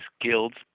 guilds